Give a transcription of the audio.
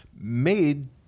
made